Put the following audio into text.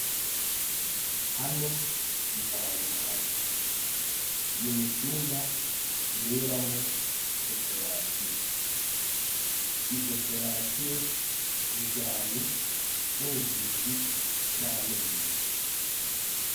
Hano ni kwa muganga, ni mu cyumba kiberamo operasiyo, izo operasiyo zijyanye n'ubuvuzi bw'amenyo.